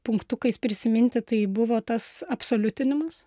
punktukais prisiminti tai buvo tas absoliutinimas